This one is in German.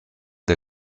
der